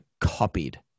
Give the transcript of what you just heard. copied